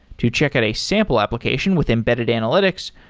to check out a sample application with embedded analytics,